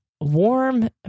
warm